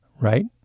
right